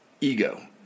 ego